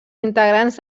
integrants